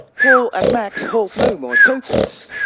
paul and max hold no more tokens.